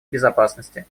безопасности